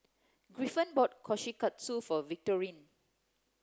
Griffin bought Kushikatsu for Victorine